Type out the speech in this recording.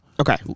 okay